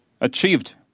achieved